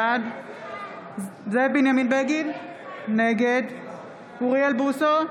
בעד זאב בנימין בגין, נגד אוריאל בוסו,